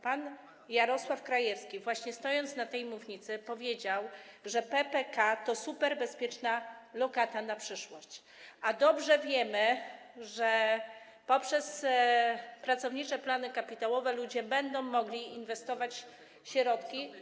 Pan Jarosław Krajewski, stojąc na tej mównicy, powiedział, że PPK to superbezpieczna lokata na przyszłość, a dobrze wiemy, że poprzez pracownicze plany kapitałowe ludzie będą mogli inwestować środki.